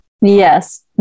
yes